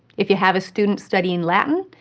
if you have a student studying latin,